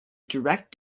direct